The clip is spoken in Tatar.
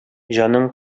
җаның